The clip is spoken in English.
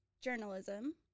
journalism